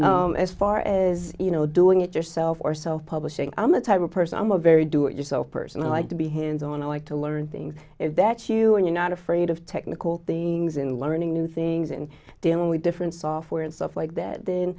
and as far as you know doing it yourself or self publishing i'm the type of person i'm a very do it yourself person like to be hands on i like to learn things that you're not afraid of technical things in learning new things and dealing with different software and stuff like that then